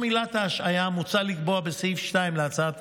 בתום עילת ההשעיה מוצע לקבוע בסעיף 2 להצעת